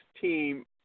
team